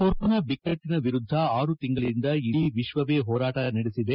corona ಬಿಕ್ಕಟ್ಟಿನ ವಿರುದ್ದ ಆರು ತಿಂಗಳಿಂದ ಇಡೀ ವಿಶ್ವವೇ ಹೋರಾಟ ನಡೆಸಿದೆ